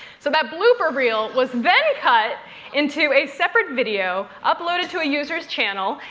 so that blooper reel was then cut into a separate video, uploaded to a user's channel,